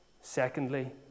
Secondly